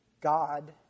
God